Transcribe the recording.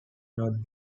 not